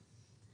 (2)